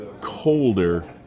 colder